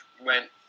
went